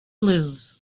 blues